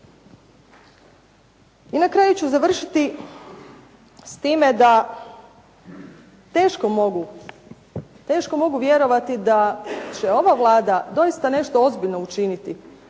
I na kraju ću završiti s time da teško mogu vjerovati da će ova Vlada doista nešto ozbiljno učiniti